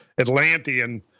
Atlantean